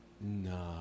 no